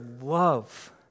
love